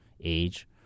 age